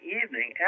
evening